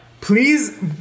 please